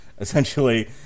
essentially